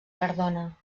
cardona